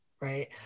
right